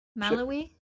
Malawi